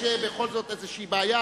יש בכל זאת איזו בעיה